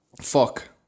fuck